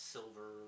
Silver